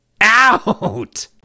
out